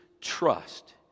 trust